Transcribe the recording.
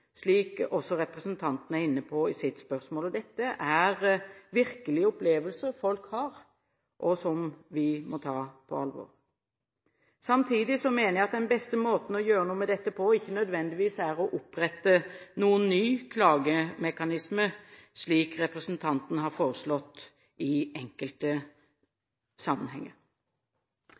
slik representanten er inne på i sitt spørsmål. Dette er virkelige opplevelser folk har, og som vi må ta på alvor. Samtidig mener jeg at den beste måten å gjøre noe med dette på ikke nødvendigvis er å opprette en ny klagemekanisme, slik representanten har foreslått i enkelte sammenhenger.